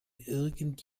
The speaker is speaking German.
irgend